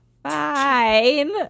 Fine